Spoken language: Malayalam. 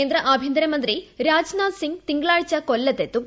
കേന്ദ്ര ആഭ്യന്തരമന്ത്രി രാജ്നാഥ് സിംഗ് തിങ്കളാഴ്ച കൊല്ലത്തെത്തും